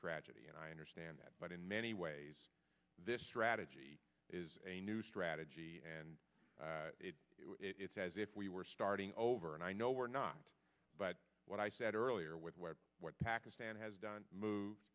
tragedy and i understand that but in many ways this strategy is a new strategy and it's as if we were starting over and i know we're not but what i said earlier with where what pakistan has done move